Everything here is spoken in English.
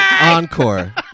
Encore